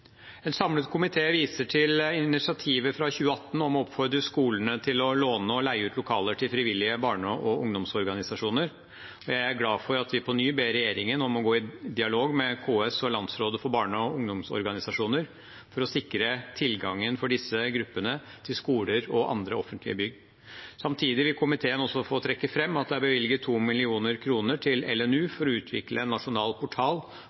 En samlet komité viser til initiativet fra 2018 om å oppfordre skolene til å låne og leie ut lokaler til frivillige barne- og ungdomsorganisasjoner, og jeg er glad for at vi på ny ber regjeringen om å gå i dialog med KS og Landsrådet for Norges barne- og ungdomsorganisasjoner, LNU, for å sikre tilgangen for disse gruppene til skoler og andre offentlige bygg. Samtidig vil komiteen også få trekke fram at det er bevilget 2 mill. kr til LNU for å utvikle en nasjonal portal